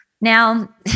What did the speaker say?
Now